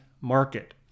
Market